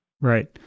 Right